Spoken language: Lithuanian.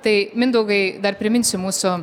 tai mindaugai dar priminsiu mūsų